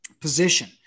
position